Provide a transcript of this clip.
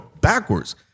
backwards